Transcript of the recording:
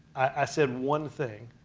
i said one thing,